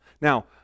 Now